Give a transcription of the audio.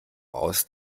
aus